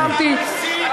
סיימתי,